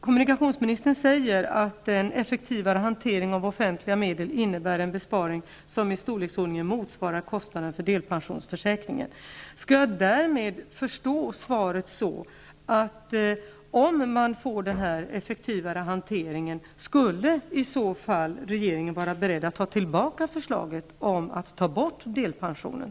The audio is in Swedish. Kommunikationsministern säger att en effektivare hantering av offentliga medel innebär en besparing som i storleksordning motsvarar kostnaden för delpensionsförsäkringen. Skall jag förstå svaret så, att om man får denna effektivare hantering skulle regeringen vara beredd att ta tillbaka förslaget om att ta bort delpensionen?